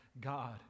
God